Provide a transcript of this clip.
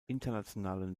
internationalen